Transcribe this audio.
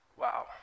Wow